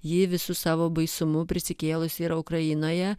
ji visu savo baisumu prisikėlusi yra ukrainoje